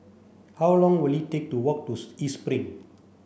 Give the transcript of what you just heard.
how long will it take to walk to East Spring